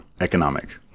economic